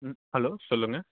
ம் ஹலோ சொல்லுங்க